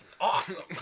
awesome